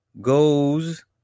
Goes